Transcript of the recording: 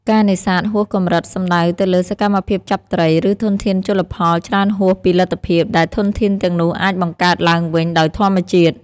ការនេសាទហួសកម្រិតសំដៅទៅលើសកម្មភាពចាប់ត្រី ឬធនធានជលផលច្រើនហួសពីលទ្ធភាពដែលធនធានទាំងនោះអាចបង្កើតឡើងវិញដោយធម្មជាតិ។